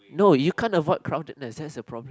no you can't avoid crowdedness that's the problem